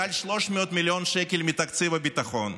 מעל 300 מיליון שקל מתקציב הביטחון,